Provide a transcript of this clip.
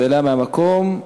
שאלה מהמקום.